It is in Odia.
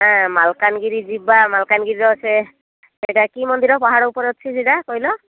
ମାଲକାନଗିରି ଯିବା ମାଲକାନଗିରିର ସେ ସେଇଟା କି ମନ୍ଦିର ପାହାଡ଼ ଉପରେ ଅଛି ସେଇଟା କହିଲ